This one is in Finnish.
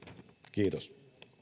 kiitos